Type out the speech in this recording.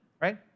right